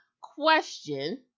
Question